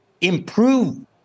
improve